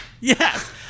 Yes